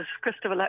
Christopher